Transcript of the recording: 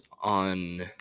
on